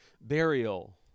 burial